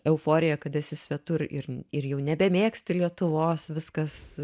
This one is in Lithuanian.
euforija kad esi svetur ir ir jau nebemėgsti lietuvos viskas